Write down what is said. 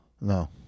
No